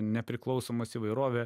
nepriklausomos įvairovė